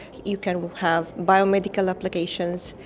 you can have biomedical applications,